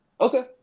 Okay